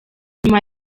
nyuma